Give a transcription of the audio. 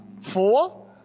four